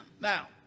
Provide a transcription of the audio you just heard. Now